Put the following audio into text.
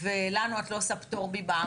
ולנו את לא עושה פטור ממע"מ.